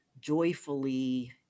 joyfully